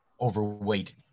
overweight